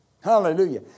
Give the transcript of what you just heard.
Hallelujah